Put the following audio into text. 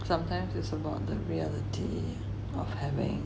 sometimes it's about the reality of having